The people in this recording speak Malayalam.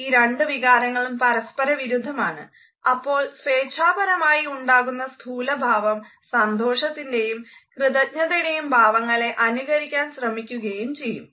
ഈ രണ്ടു വികാരങ്ങളും പരസ്പരവിരുദ്ധമാണ് അപ്പോൾ സ്വേച്ഛാപരമായി ഉണ്ടാക്കുന്ന സ്ഥൂലഭാവം സന്തോഷത്തിൻറെയും കൃതജ്ഞതയുടെയും ഭാവങ്ങളെ അനുകരിക്കാൻ ശ്രമിക്കുകയും ചെയ്യും